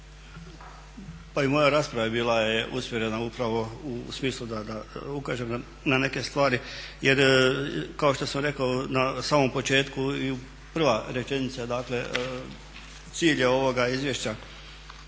Pa i moja rasprava bila je usmjerena upravo u smislu da ukažem na neke stvari jer kao što sam rekao na samom početku i prva rečenica dakle cilj je ovoga izvješća